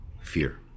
fear